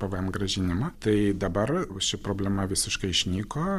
pvm grąžinimą tai dabar ši problema visiškai išnyko